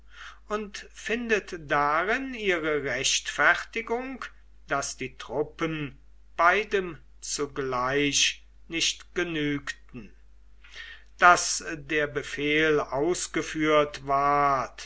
und findet darin ihre rechtfertigung daß die truppen beidem zugleich nicht genügten daß der befehl ausgeführt ward